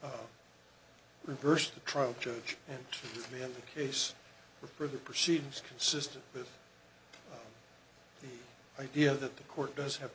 reverse the trial judge and the case for the proceedings consistent with the idea that the court does have